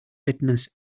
fitness